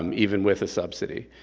um even with a subsidy.